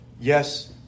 yes